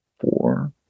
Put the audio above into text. four